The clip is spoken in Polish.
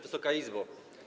Wysoka Izbo!